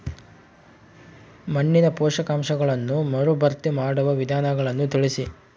ಮಣ್ಣಿನ ಪೋಷಕಾಂಶಗಳನ್ನು ಮರುಭರ್ತಿ ಮಾಡುವ ವಿಧಾನಗಳನ್ನು ತಿಳಿಸಿ?